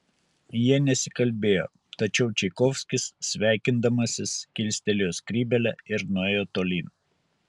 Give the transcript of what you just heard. jie nesikalbėjo tačiau čaikovskis sveikindamasis kilstelėjo skrybėlę ir nuėjo tolyn